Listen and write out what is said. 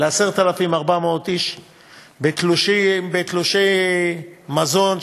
ל-10,400 איש בתלושי מזון,